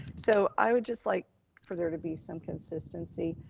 so i would just like for there to be some consistency.